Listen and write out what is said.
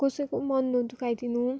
कसैको मन नदुखाइदिनु